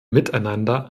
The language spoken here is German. miteinander